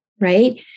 right